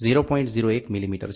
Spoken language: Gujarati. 01 મિલિમીટર છે